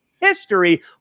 history